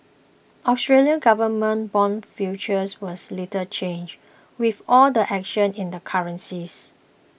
Australian government bond futures was little changed with all the action in the currencies